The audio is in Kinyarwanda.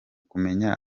kumenya